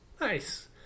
Nice